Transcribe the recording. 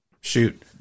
Shoot